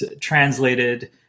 translated